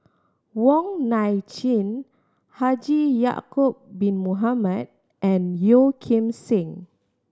Wong Nai Chin Haji Ya'acob Bin Mohamed and Yeo Kim Seng